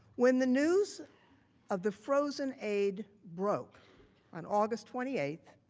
when the news of the frozen aid broke on august twenty eight,